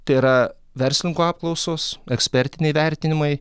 tai yra verslininkų apklausos ekspertiniai vertinimai